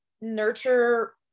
nurture